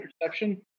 perception